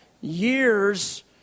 years